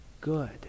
good